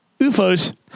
UFOs